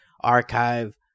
Archive